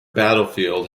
battlefield